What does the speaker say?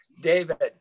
David